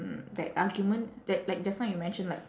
mm that argument that like just now you mention like